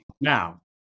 Now